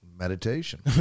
meditation